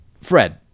Fred